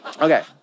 okay